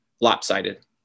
lopsided